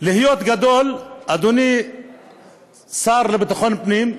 להיות גדול, אדוני השר לביטחון פנים,